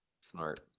Smart